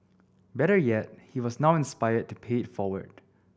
better yet he was now inspired to pay it forward